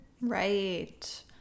Right